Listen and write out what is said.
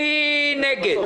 מי נגד?